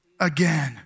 again